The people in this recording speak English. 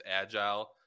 agile